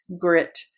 grit